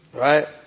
Right